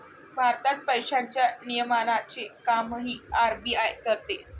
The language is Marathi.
भारतात पैशांच्या नियमनाचे कामही आर.बी.आय करते